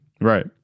right